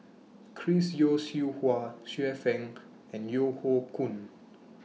Chris Yeo Siew Hua Xiu Fang and Yeo Hoe Koon